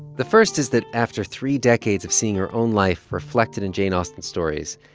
the first is that after three decades of seeing her own life reflected in jane austen stories,